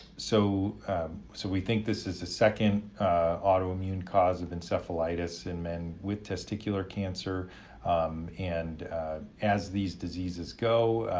so so we think this is a second autoimmune cause of encephalitis in men with testicular cancer and as these diseases go,